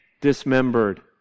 dismembered